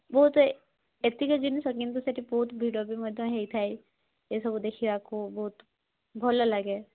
ବହୁତ ଏତିକ ଜିନିଷ କିନ୍ତୁ ସେଇଠି ବହୁତ ଭିଡ଼ ମଧ୍ୟ ହେଇଥାଏ ଏସବୁ ଦେଖିବାକୁ ବହୁତ ଭଲଲାଗେ